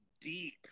deep